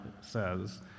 says